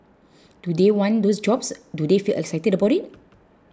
do they want those jobs do they feel excited about it